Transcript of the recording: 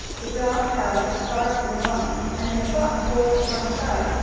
the dog howled, barked and whined, and then the box rolled to one side,